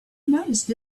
noticed